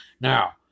Now